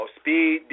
speed